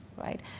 right